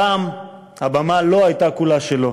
הפעם הבמה לא הייתה כולה שלו.